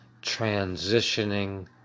transitioning